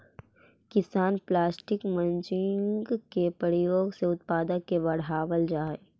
किसान plastic mulching के प्रयोग से उत्पादक के बढ़ावल जा हई